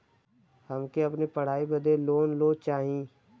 हमके अपने पढ़ाई बदे लोन लो चाही?